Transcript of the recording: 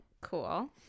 Cool